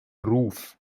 ruf